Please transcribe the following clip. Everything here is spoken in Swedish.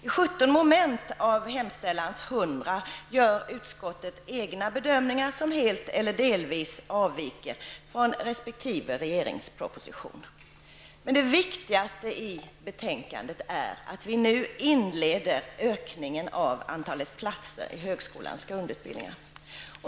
I 17 moment, av hemställans 100, gör utskottet egna bedömningar som helt eller delvis avviker från resp. Men det viktigaste i betänkandet är att vi nu inleder ökningen av antalet platser i högskolans grundutbildningar.